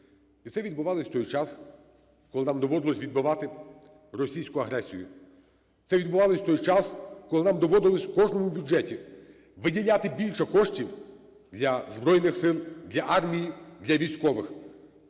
І це відбувалося в той час, коли нам доводилося відбивати російську агресію. Це відбувалося в той час, коли нам доводилося в кожному бюджеті виділяти більше коштів для Збройних Сил, для армії, для військових.